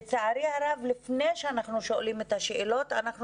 לצערי הרב לפני שאנחנו שואלים את השאלות אנחנו